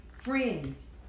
friends